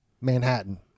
Manhattan